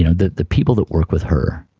you know the the people that work with her,